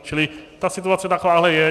Čili ta situace takováhle je.